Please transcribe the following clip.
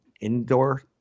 indoor